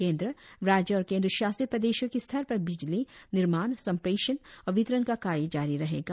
केंद्र राज्य और केंद्र शासित प्रदेशों के स्तर पर बिजली निर्माण संप्रेषण और वितरण का कार्य जारी रहेगा